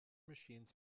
machines